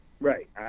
Right